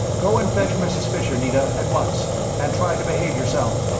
go and fetch mrs. fisher, nita, at once and try to behave yourself.